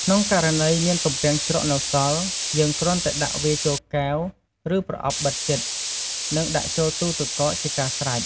ក្នុងករណី មានទំពាំងជ្រក់នៅសល់ យើងគ្រាន់តែដាក់វាចូលកែវ ឬប្រអប់បិទជិត និងដាក់ចូលទូទឹកកកជាការស្រេច។